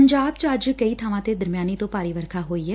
ਪੰਜਾਬ ਚ ਅੱਜ ਕਈ ਬਾਵਾਂ ਤੇ ਦਰਮਿਆਨੀ ਤੋਂ ਭਾਰੀ ਵਰਖਾ ਹੋਈ ਐ